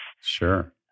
Sure